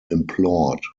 implored